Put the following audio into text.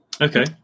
Okay